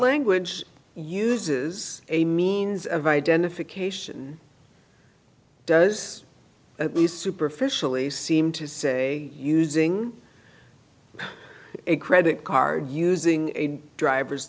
language uses a means of identification does at least superficially seem to say using a credit card using a driver's